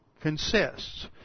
consists